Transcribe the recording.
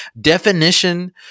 definition